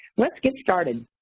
let's get started.